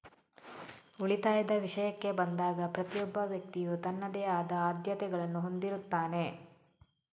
ಉಳಿತಾಯದ ವಿಷಯಕ್ಕೆ ಬಂದಾಗ ಪ್ರತಿಯೊಬ್ಬ ವ್ಯಕ್ತಿಯು ತನ್ನದೇ ಆದ ಆದ್ಯತೆಗಳನ್ನು ಹೊಂದಿರುತ್ತಾನೆ